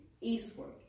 eastward